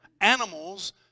Animals